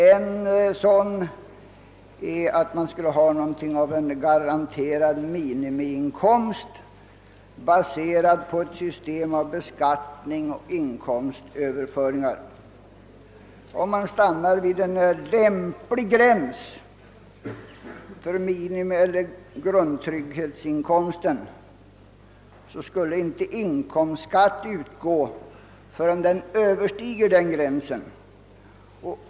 Ett uppslag är att man skulle ha en garanterad minimiinkomst, baserad på ett system av beskattning och inkomstöverföringar. Sedan en lämplig gräns för minimieller grundtrygghetsinkomsten fastställts, skulle inte inkomstskatt utgå förrän inkomsten översteg denna gräns.